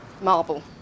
marble